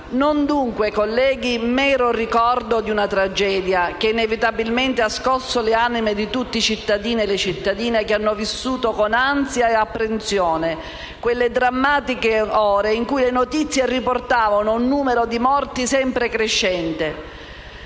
Non dunque, colleghi, mero ricordo di una tragedia che inevitabilmente ha scosso le anime di tutti i cittadini e le cittadine, che hanno vissuto con ansia e apprensione quelle drammatiche ore in cui le notizie riportavano un numero di morti sempre crescente.